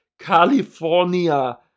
California